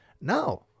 no